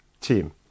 team